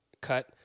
cut